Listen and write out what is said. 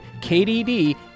KDD